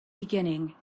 beginning